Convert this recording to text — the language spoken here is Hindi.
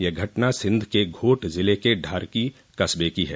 यह घटना सिंध के घोट जिले के ढार्की कस्बे की है